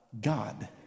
God